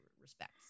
respects